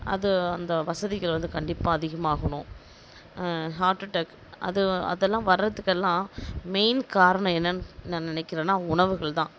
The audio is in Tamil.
அது அந்த வசதிகள் வந்து கண்டிப்பாக அதிகமாகணும் ஹார்ட் அட்டேக் அது அதெல்லாம் வரதுக்கெல்லாம் மெயின் காரணம் என்னன்னு நான் நினைக்கிறன்னா உணவுகள் தான்